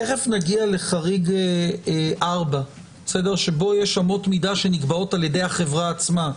תיכף נגיע לחריג 4 שבו יש אמות מידה שנקבעות על ידי החברה עצמה.